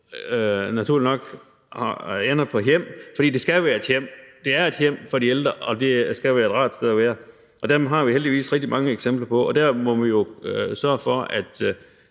naturligt nok ender på »hjem«, for det skal jo være et hjem. Det er et hjem for de ældre, og det skal jo være et rart sted at være, og dem har vi heldigvis rigtig mange eksempler på, og der må man jo sørge for, at